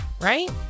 right